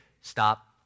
stop